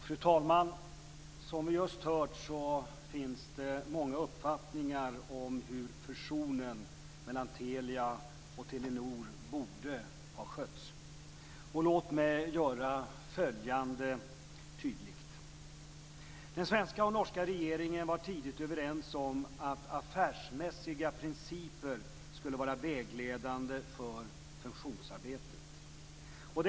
Fru talman! Som vi just hört finns det många uppfattningar om hur fusionen mellan Telia och Telenor borde har skötts. Låt mig göra följande tydligt. Den svenska och den norska regeringen var tidigt överens om att affärsmässiga principer skulle vara vägledande för fusionsarbetet.